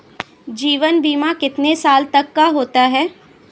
जीवन बीमा कितने साल तक का होता है?